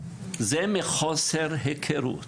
זה מחוסר היכרות,